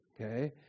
okay